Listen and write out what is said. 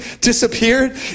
disappeared